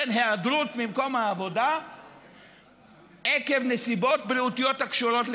היעדרות ממקום העבודה עקב נסיבות בריאותיות הקשורות להיריון.